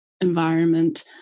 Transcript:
environment